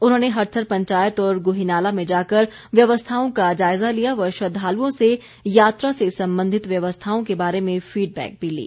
उन्होंने हडसर पंचायत और गुहीनाला में जाकर व्यवस्थाओं का जायजा लिया व श्रद्वालुओं से यात्रा से संबंधित व्यवस्थाओं के बारे में फीडबैक भी ली